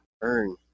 earn